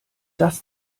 das